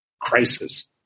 crisis